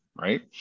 right